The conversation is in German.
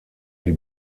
die